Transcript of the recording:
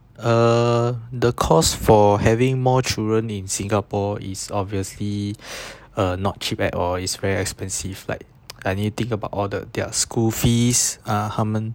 uh the costs for having more children in singapore is obviously uh not cheap at all it's very expensive like anything about all the their school fees ah 他们